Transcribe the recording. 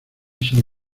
solo